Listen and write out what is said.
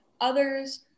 Others